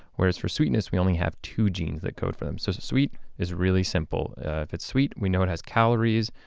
whereas, for sweetness we only have two genes that code for them. so sweet is really simple if it's sweet, we know it has calories,